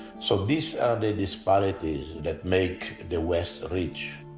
so these are the disparities, that make the west rich.